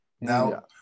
Now